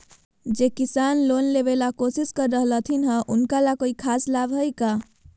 जे किसान लोन लेबे ला कोसिस कर रहलथिन हे उनका ला कोई खास लाभ हइ का?